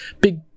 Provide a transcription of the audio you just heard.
big